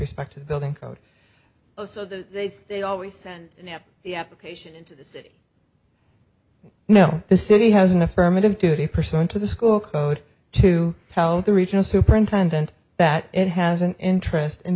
respect to the building code so they say they always send the application know the city has an affirmative duty pursuant to the school code to tell the regional superintendent that it has an interest in